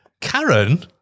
Karen